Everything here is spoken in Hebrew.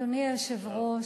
אדוני היושב-ראש,